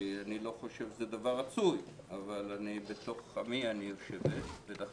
אני לא חושב שזה דבר רצוי אבל בתוך עמי אני יושב ולכן